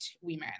women